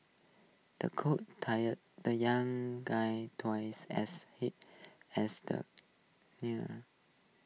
the coach tired the young guy twice as hard as the neared